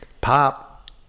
Pop